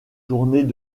journées